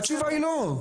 התשובה היא לא.